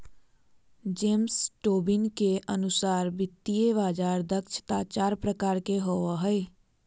James Tobin के अनुसार वित्तीय बाजार दक्षता चार प्रकार के होवो हय